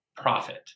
profit